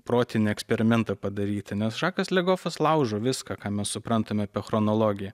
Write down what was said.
protinį eksperimentą padaryti nes žakas legofas laužo viską ką mes suprantame apie chronologiją